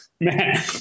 Man